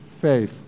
faith